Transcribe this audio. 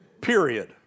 period